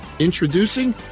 Introducing